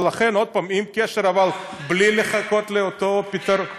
לכן, עוד פעם, עם קשר, אבל בלי לחכות לאותו פתרון.